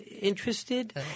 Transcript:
interested